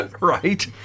Right